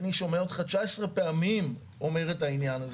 אני שומע אותך 19 פעמים אומר את העניין הזה